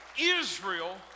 Israel